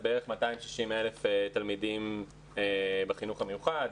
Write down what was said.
אז יש בערך 260,000 תלמידים בחינוך המיוחד,